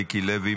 מיקי לוי,